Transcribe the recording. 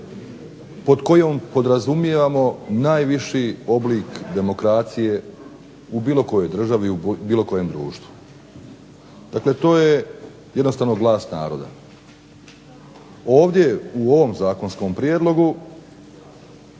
pod kojom podrazumijevamo najviši oblik demokracije u bilo kojoj državi i u bilo kojem društvu. Dakle, to je jednostavno glas naroda. Ovdje u ovom zakonskom prijedlogu